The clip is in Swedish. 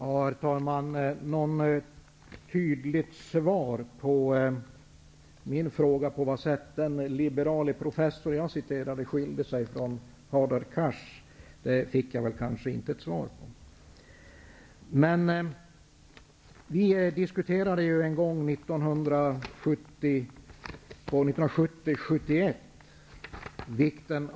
Herr talman! Något tydligt svar fick jag väl inte på min fråga om på vad sätt den liberale professorn jag citerade skiljer sig från Hadar Cars. Vi diskuterade 1970/71 vikten av det frihandelsavtal som då slöts.